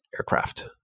aircraft